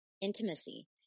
Intimacy